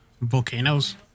volcanoes